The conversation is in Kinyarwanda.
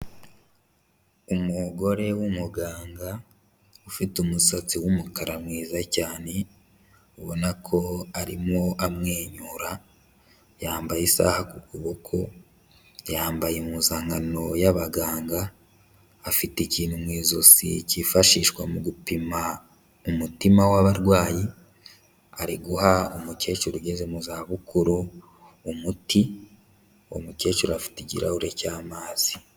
Umugore w'umuganga ufite umusatsi w'umukara mwiza cyane ubona ko arimo amwenyura, yambaye isaha ku kuboko, yambaye impuzankano y'abaganga, afite ikintu mu izosi cyifashishwa mu gupima umutima w'abarwayi, ari guha umukecuru ugeze mu zabukuru umuti, umukecuru afite ikirahure cy'amazi.